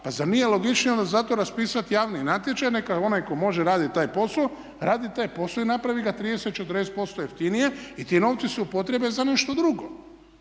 Pa zar nije logičnije onda zato raspisati javni natječaj neka onaj tko može radit taj posao radi taj posao i napravi ga 30, 40% jeftinije i ti novci se upotrijebe za nešto drugo.